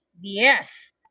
Yes